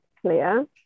clear